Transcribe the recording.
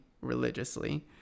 religiously